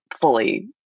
fully